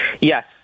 Yes